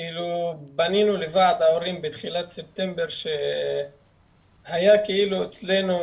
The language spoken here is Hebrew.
פנינו לוועד ההורים בתחילת ספטמבר כשהיה אצלנו